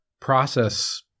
process